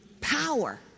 power